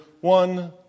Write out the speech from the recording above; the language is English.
one